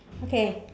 okay